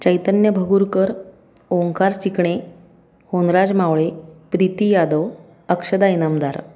Chaitanya Bhagurkar Omkar Chikane Hunraj Mawale Preeti Yadav Akshada Inamdar